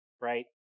right